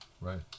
Right